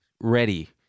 ready